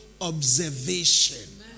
observation